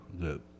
good